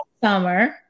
summer